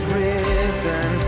risen